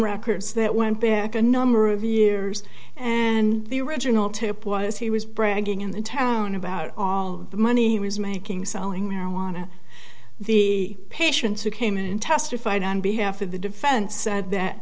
records that went back a number of years and the original tip was he was bragging in the town about all of the money he was making selling marijuana the patients who came in and testified on behalf of the defense said that